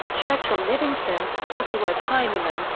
churchill livingstone, butterworth-heinemann,